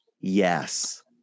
yes